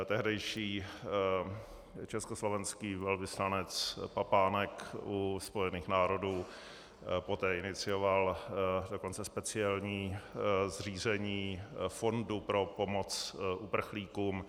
Tehdejší československý velvyslanec Papánek u Spojených národů poté inicioval dokonce speciální zřízení fondu pro pomoc uprchlíkům.